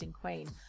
queen